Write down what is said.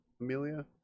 Amelia